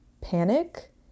panic